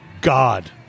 God